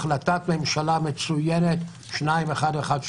החלטת ממשלה מצוינת 2118,